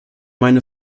meine